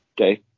Okay